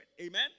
Amen